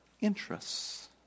interests